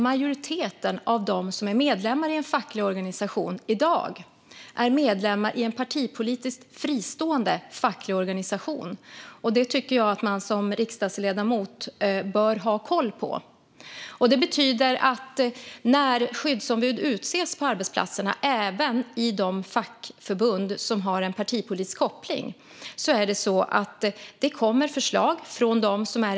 Majoriteten av dem som är medlemmar i en facklig organisation i dag är medlemmar i en partipolitiskt fristående facklig organisation - det tycker jag att man som riksdagsledamot bör ha koll på. När skyddsombud utses på arbetsplatserna, även i de fackförbund som har en partipolitisk koppling, kommer det förslag från arbetskamraterna.